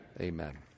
Amen